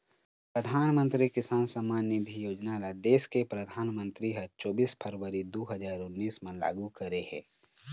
परधानमंतरी किसान सम्मान निधि योजना ल देस के परधानमंतरी ह चोबीस फरवरी दू हजार उन्नीस म लागू करे हे